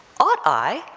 ought i?